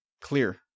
clear